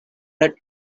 that